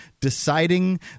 deciding